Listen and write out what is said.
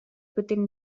within